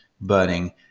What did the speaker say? burning